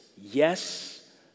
Yes